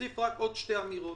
אוסיף רק עוד שתי אמירות.